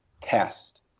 test